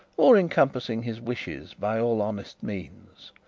or in compassing his wishes by all honest means.